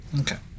Okay